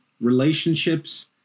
relationships